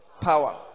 Power